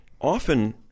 often